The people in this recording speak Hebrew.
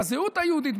בזהות היהודית,